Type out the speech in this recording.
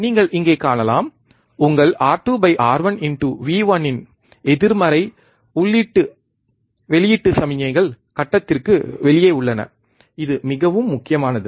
நீங்கள் இங்கே காணலாம் உங்கள் R2 R1V1 இன் எதிர்மறை உள்ளீட்டு வெளியீட்டு சமிக்ஞைகள் கட்டத்திற்கு வெளியே உள்ளன இது மிகவும் முக்கியமானது